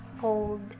cold